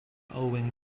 owing